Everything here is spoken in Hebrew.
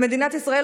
במדינת ישראל,